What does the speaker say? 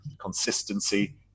consistency